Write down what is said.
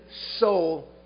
soul